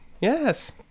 Yes